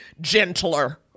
gentler